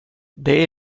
det